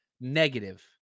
negative